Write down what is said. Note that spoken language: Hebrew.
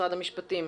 משרד המשפטים.